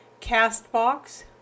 CastBox